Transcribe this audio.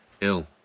ill